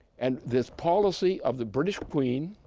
and this policy of the british queen,